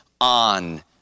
on